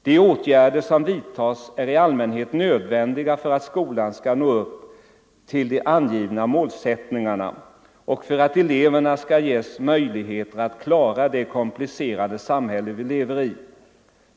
De åtgärder som vidtas är i allmänhet nödvändiga för att skolan skall nå upp till de angivna målsättningarna och för att eleverna skall ges möjligheter att klara det komplicerade samhälle vi lever i.